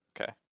Okay